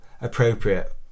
appropriate